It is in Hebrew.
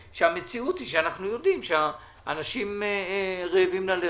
שהמציאות היא שאנחנו יודעים שהאנשים רעבים ללחם.